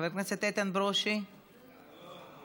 חבר הכנסת איתן ברושי, מדבר.